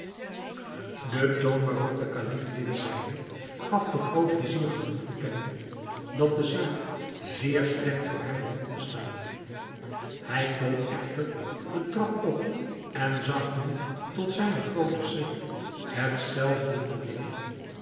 de toon waarop de kalif dit zeide gaf den groot-vizier genoeg te kennen dat de zaak zeer slecht voor hem begon te staan hij klom echter den trap op en zag nu tot zijn grooten schrik het zelfde tooneel